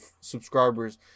subscribers